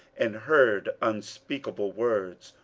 and heard unspeakable words,